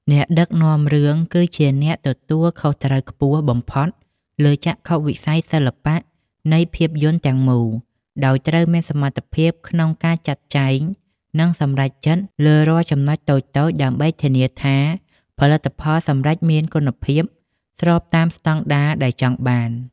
អ្នកដឹកនាំរឿងគឺជាអ្នកទទួលខុសត្រូវខ្ពស់បំផុតលើចក្ខុវិស័យសិល្បៈនៃភាពយន្តទាំងមូល ដោយត្រូវមានសមត្ថភាពក្នុងការចាត់ចែង និងសម្រេចចិត្តលើរាល់ចំណុចតូចៗដើម្បីធានាថាផលិតផលសម្រេចមានគុណភាពស្របតាមស្ដង់ដារដែលចង់បាន។